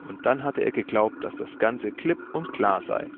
und dann hatte er geglaubt daß das ganze klipp und klar sei